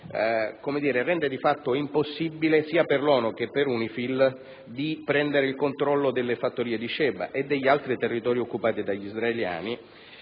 rende di fatto impossibile, sia all'ONU che all'UNIFIL, di prendere il controllo delle fattorie di Shebaa e degli altri territori occupati dagli israeliani.